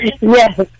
yes